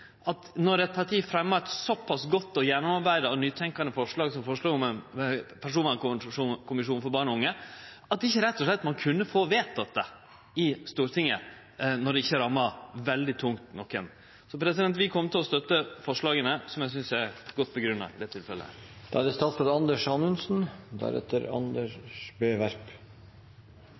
når eit parti fremjar eit såpass godt, gjennomarbeidd og nytenkjande forslag som forslaget om ein personvernkommisjon for barn og unge, at ein ikkje rett og slett kunne fått vedteke det i Stortinget, når det ikkje rammar nokon veldig tungt. Så vi kjem til å støtte forslaga, som eg synest er godt grunngjevne i dette tilfellet. Jeg er ikke helt sikker på om det